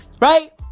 right